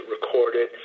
recorded